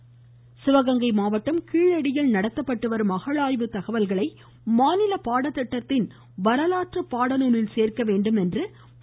ராமதாஸ் சிவகங்கை மாவட்டம் கீழடியில் நடத்தப்பட்டு வரும் அகழாய்வு தகவல்களை மாநில பாடத்திட்டத்தின் வரலாற்று பாடநூலில் சேர்க்க வேண்டும் என பா